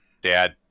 Dad